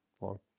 long